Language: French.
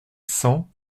cent